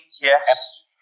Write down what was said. yes